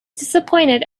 disappointed